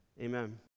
Amen